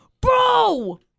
bro